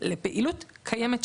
לפעילות קיימת שלנו.